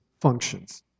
functions